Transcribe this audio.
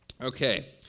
Okay